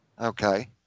Okay